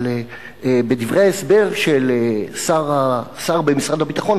אבל בדברי ההסבר של השר במשרד הביטחון,